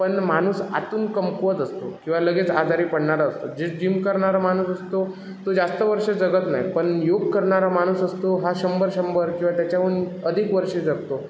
पण माणूस आतून कमकुवत असतो किंवा लगेच आजारी पडणारा असतो जे जिम करणारा माणूस असतो तो जास्त वर्षं जगत नाही पण योग करणारा माणूस असतो हा शंभर शंभर किंवा त्याच्याहून अधिक वर्षे जगतो